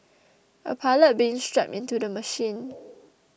a pilot being strapped into the machine